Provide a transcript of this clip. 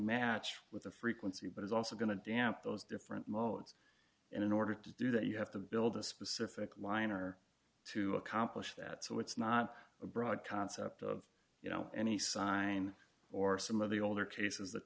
match with the frequency but is also going to damp those different modes and in order to do that you have to build a specific liner to accomplish that so it's not a broad concept of you know any sign or some of the older cases th